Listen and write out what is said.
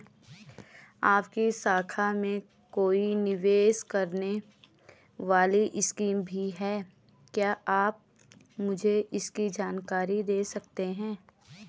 आपकी शाखा में कोई निवेश करने वाली स्कीम भी है क्या आप मुझे इसकी जानकारी दें सकते हैं?